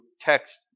text